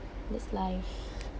that's life